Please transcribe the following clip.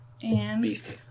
Beastie